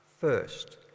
first